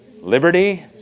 liberty